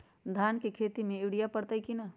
धान के खेती में यूरिया परतइ कि न?